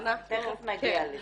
תיכף נגיע לזה.